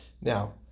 Now